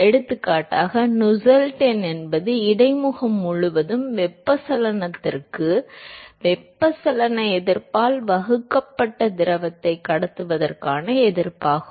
எடுத்துக்காட்டாக நுசெல்ட் எண் என்பது இடைமுகம் முழுவதும் வெப்பச்சலனத்திற்கு வெப்பச்சலன எதிர்ப்பால் வகுக்கப்பட்ட திரவத்தை கடத்துவதற்கான எதிர்ப்பாகும்